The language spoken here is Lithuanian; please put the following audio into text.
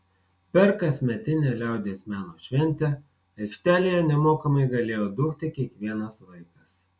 per kasmetinę liaudies meno šventę aikštelėje nemokamai galėjo dūkti kiekvienas vaikas